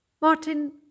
Martin